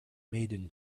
maiden